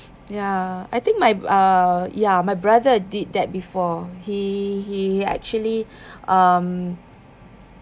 ya I think my uh ya my brother did that before he he actually um